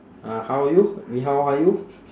uh how are you 你 how are you